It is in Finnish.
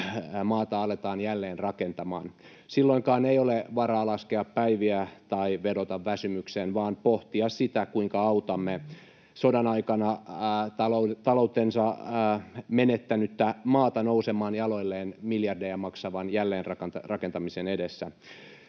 maata aletaan jälleenrakentamaan. Silloinkaan ei ole varaa laskea päiviä tai vedota väsymykseen, vaan täytyy pohtia sitä, kuinka autamme sodan aikana taloutensa menettänyttä maata nousemaan jaloilleen miljardeja maksavan jälleenrakentamisen edessä.